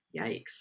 yikes